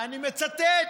ואני מצטט: